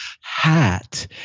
hat